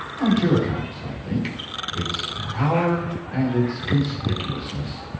on two accounts, i think its power and its conspicuousness.